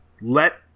Let